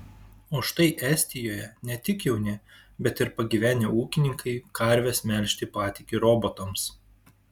o štai estijoje ne tik jauni bet ir pagyvenę ūkininkai karves melžti patiki robotams